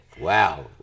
Wow